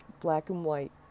black-and-white